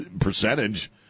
percentage